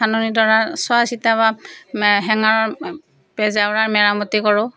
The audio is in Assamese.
ধাননিডৰা চোৱাচিতা বা হেঙাৰৰ জেওৰাৰ মেৰামতি কৰোঁ